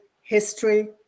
history